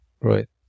Right